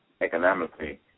economically